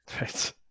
Right